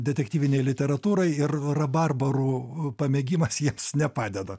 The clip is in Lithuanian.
detektyvinėj literatūroj ir rabarbarų pamėgimas jiems nepadeda